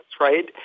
right